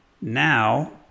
Now